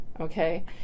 Okay